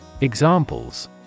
Examples